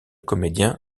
comédien